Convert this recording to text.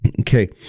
okay